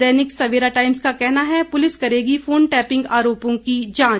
दैनिक Savera Times का कहना है पुलिस करेगी फोन टैपिंग आरोपों की जांच